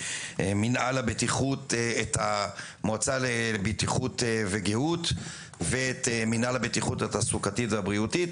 את המועצה לבטיחות וגיהות ואת מינהל הבטיחות התעסוקתית והבריאותית,